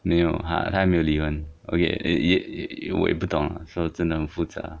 没有她她还没有离婚 okay 也也我也不懂啦说真的很复杂